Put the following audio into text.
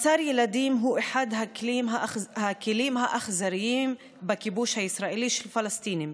מעצר ילדים הוא אחד הכלים האכזריים בכיבוש הישראלי של פלסטינים,